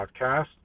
podcast